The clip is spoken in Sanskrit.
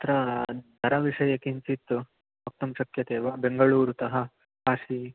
अत्र दर विषये किञ्चित् वक्तं शक्यते वा बेङ्गळूरुतः काशी